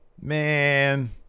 Man